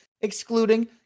excluding